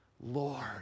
Lord